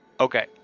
Okay